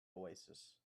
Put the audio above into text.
oasis